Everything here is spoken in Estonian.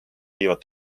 viivad